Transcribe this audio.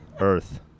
Earth